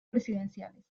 presidenciales